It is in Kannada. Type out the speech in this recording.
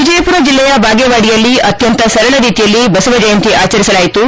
ವಿಜಯಪುರ ಜಿಲ್ಲೆಯ ಬಾಗೇವಾಡಿಯಲ್ಲಿ ಅತ್ಕಂತ ಸರಳ ರೀತಿಯಲ್ಲಿ ಬಸವ ಜಯಂತಿ ಆಚರಿಸಲಾಯಿತು